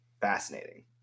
fascinating